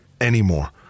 anymore